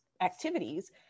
activities